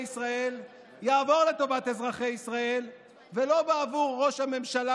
ישראל יעבור לטובת אזרחי ישראל ולא בעבור ראש הממשלה